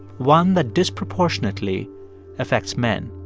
one that disproportionately affects men,